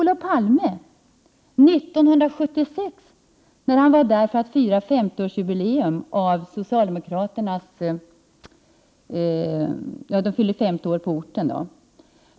1976 besökte Olof Palme Härjeåsjödammen för att fira ortens socialdemokratiska förenings 50-årsjubileum.